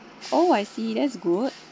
oh I see that's good